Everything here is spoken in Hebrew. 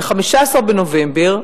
ב-15 בנובמבר,